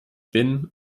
bin